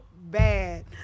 bad